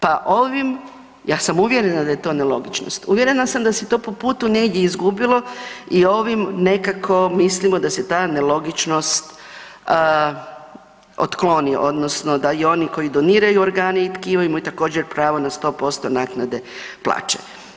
Pa ovim, ja sam uvjerena da je to nelogičnost, uvjerena sam da se to po putu negdje izgubilo i ovih nekako mislimo da se ta nelogičnost otkloni, odnosno da i oni koji doniraju organe i tkivo, imaju također, pravo na 100% naknade plaće.